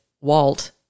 Walt